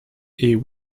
est